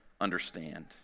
understand